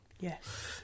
Yes